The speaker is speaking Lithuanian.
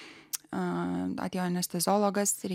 a atėjo anesteziologas ir